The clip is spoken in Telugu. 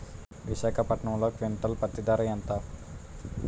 విశాఖపట్నంలో క్వింటాల్ పత్తి ధర ఎంత?